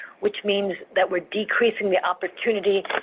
which means that we're decreasing the opportunity